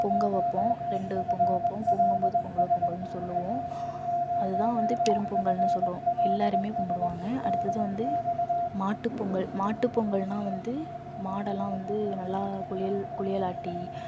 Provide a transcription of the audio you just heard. பொங்க வைப்போம் ரெண்டு பொங்க வைப்போம் பொங்கும்போது பொங்கலோ பொங்கல்ன்னு சொல்லுவோம் அதுதான் வந்து பெரும் பொங்கல்ன்னு சொல்கிறோம் எல்லாருமே கும்பிடுவாங்க அடுத்தது வந்து மாட்டுப்பொங்கல் மாட்டுப்பொங்கல்ன்னா வந்து மாடெல்லாம் வந்து நல்லா குளியல் குளியலாட்டி